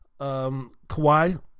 Kawhi